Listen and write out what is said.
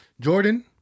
Jordan